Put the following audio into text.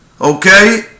Okay